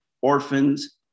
orphans